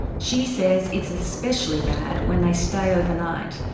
she says it's especially bad when they stay overnight.